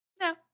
No